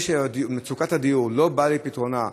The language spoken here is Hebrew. זה שמצוקת הדיור לא באה לפתרונה,